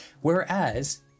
whereas